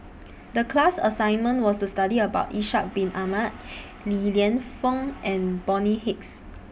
The class assignment was to study about Ishak Bin Ahmad Li Lienfung and Bonny Hicks